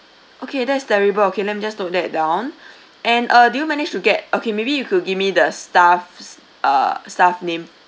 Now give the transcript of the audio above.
okay that is terrible okay let me just note that down and uh do you manage to get okay maybe you could give me the staff's uh staff name